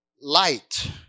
light